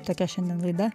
tokia šiandien laida